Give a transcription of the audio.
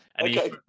Okay